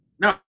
no